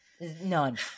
None